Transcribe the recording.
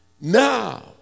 now